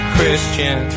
Christian